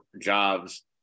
jobs